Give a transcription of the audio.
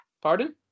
Pardon